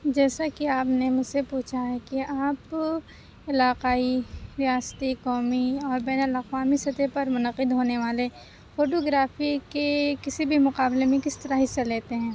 جیسا کہ آپ نے مجھ سے پوچھا ہے کہ آپ علاقائی ریاستی قومی اور بین الاقوامی سطح پر منعقد ہونے والے فوٹو گرافی کے کسی بھی مقابلے میں کس طرح حصّہ لیتے ہیں